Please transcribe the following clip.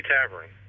Tavern